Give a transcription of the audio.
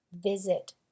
visit